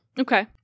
Okay